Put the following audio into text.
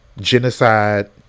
genocide